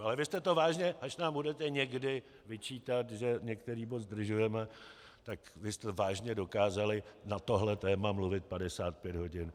Ale až nám budete někdy vyčítat, že některý bod zdržujeme, tak vy jste vážně dokázali na tohle téma mluvit 55 hodin.